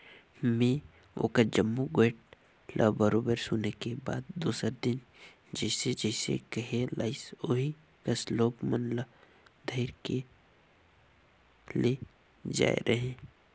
में ओखर जम्मो गोयठ ल बरोबर सुने के बाद दूसर दिन जइसे जइसे कहे लाइस ओही कस लोग मन ल धइर के ले जायें रहें